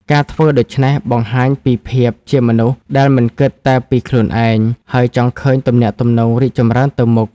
ការធ្វើដូច្នេះបង្ហាញពីភាពជាមនុស្សដែលមិនគិតតែពីខ្លួនឯង ហើយចង់ឃើញទំនាក់ទំនងរីកចម្រើនទៅមុខ។